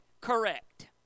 correct